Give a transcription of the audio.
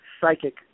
psychic